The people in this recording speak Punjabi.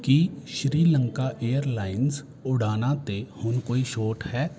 ਕੀ ਸ਼੍ਰੀਲੰਕਾ ਏਅਰਲਾਈਨਜ਼ ਉਡਾਣਾਂ 'ਤੇ ਹੁਣ ਕੋਈ ਛੋਟ ਹੈ